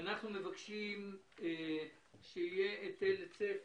אנחנו מבקשים שיהיה היטל היצף